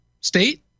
state